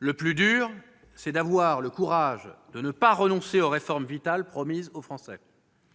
Le plus dur, c'est d'avoir le courage de ne pas renoncer aux réformes vitales promises aux Français.